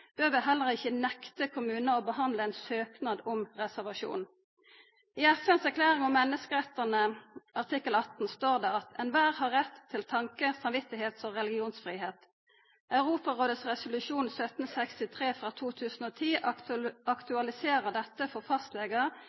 bør vi heller ikkje nekta kommunar å behandla ein søknad om reservasjon. I FNs erklæring om menneskerettane, artikkel 18, står det at alle har rett til tanke-, samvits- og religionsfridom. Europarådets resolusjon 1763 frå 2010 aktualiserer dette for